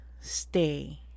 stay